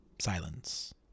Silence